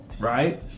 right